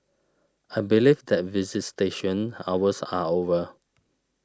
I believe that visitation hours are over